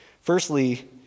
Firstly